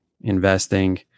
investing